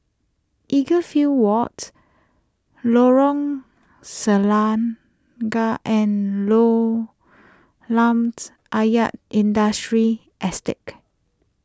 Edgefield Walt Lorong Selangat and Kolam Ayer Industrial Estate